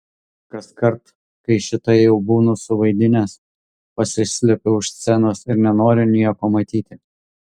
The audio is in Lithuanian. kaskart kai šitai jau būnu suvaidinęs pasislepiu už scenos ir nenoriu nieko matyti